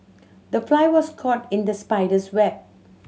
the fly was caught in the spider's web